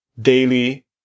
daily